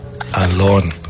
alone